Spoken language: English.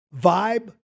vibe